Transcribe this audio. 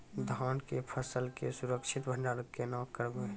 धान के फसल के सुरक्षित भंडारण केना करबै?